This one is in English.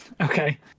Okay